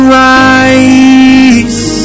rise